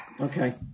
Okay